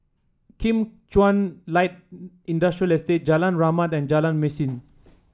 Kim Chuan Light Industrial Estate Jalan Rahmat and Jalan Mesin